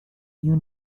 you